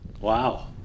Wow